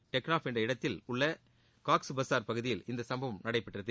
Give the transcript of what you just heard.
டெக்னாப் என்னும் இடத்தில் உள்ள காக்ஸ் பசார் பகுதியில் இந்த சம்பவம் நடைபெற்றது